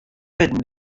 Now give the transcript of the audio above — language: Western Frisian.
wurden